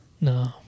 No